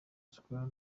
shakhtar